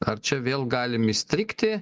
ar čia vėl galim įstrigti